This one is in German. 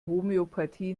homöopathie